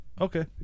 Okay